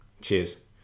Cheers